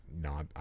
no